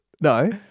No